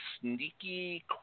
sneaky